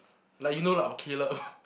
like you know like Caleb